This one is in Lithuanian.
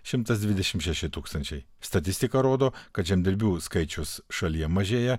šimtas dvidešim šeši tūkstančiai statistika rodo kad žemdirbių skaičius šalyje mažėja